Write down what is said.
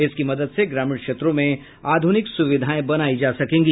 इसकी मदद से ग्रामीण क्षेत्रों में आधुनिक सुविधाएं बनाई जा सकेंगी